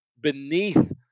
beneath